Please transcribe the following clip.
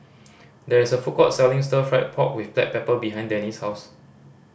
there is a food court selling Stir Fry pork with the black pepper behind Denny's house